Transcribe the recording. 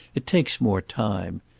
it takes more time!